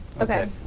Okay